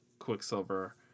Quicksilver